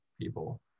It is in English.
people